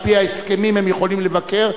ועל-פי ההסכמים הם יכולים לבקר,